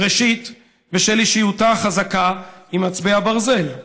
ראשית בשל אישיותה החזקה עם עצבי הברזל,